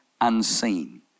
unseen